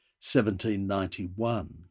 1791